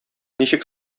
ничек